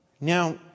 Now